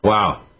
Wow